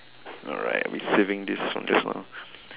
alright I've been saving this from just now